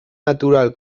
natural